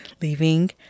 leaving